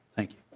thank you.